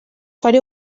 faré